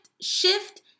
shift